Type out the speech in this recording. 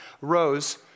rose